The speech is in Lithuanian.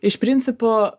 iš principo